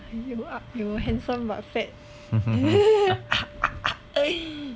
you are you are handsome but fat